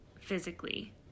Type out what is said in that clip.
physically